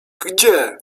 gdzie